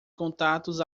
contatos